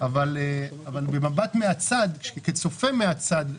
אבל במבט מהצד כצופה מהצד,